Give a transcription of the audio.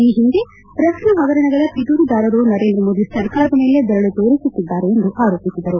ಈ ಹಿಂದೆ ರಕ್ಷಣಾ ಹಗರಣಗಳ ಪಿತೂರಿದಾರರು ನರೇಂದ್ರಮೋದಿ ಸರ್ಕಾರದ ಮೇಲೆ ಬೆರಳು ತೋರಿಸುತ್ತಿದ್ದಾರೆ ಎಂದು ಆರೋಪಿಸಿದರು